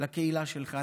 לקהילה שלך.